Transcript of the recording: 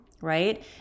right